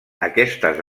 aquestes